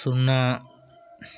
సున్నా